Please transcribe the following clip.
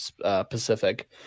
Pacific